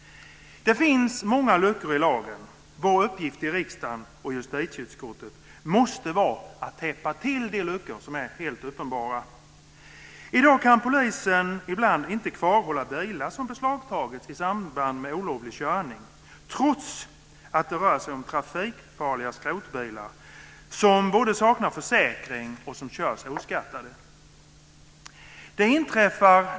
Det finns många luckor i lagen. Vår uppgift i riksdagen och justitieutskottet måste vara att täppa till de luckor som är helt uppenbara. I dag kan polisen ibland inte kvarhålla bilar som beslagtagits i samband med olovlig körning, trots att det rör sig om trafikfarliga skrotbilar som både saknar försäkring och körs oskattade.